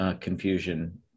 confusion